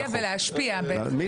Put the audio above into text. אבל אני רוצה להצביע, אני רוצה להצביע.